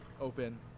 open